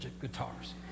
guitars